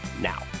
now